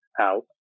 out